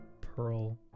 Pearl